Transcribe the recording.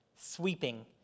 sweeping